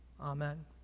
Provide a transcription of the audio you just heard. Amen